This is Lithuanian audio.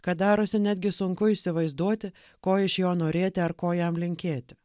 kad darosi netgi sunku įsivaizduoti ko iš jo norėti ar ko jam linkėti